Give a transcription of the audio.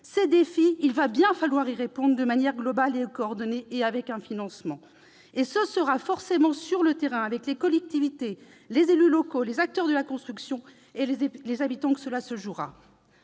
Ces défis, il va bien falloir y répondre de manière globale, coordonnée et avec un financement. Ce sera forcément sur le terrain, avec les collectivités territoriales, les élus locaux, les acteurs de la construction et les habitants que cela se jouera.